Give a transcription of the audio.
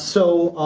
so,